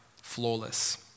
flawless